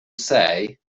say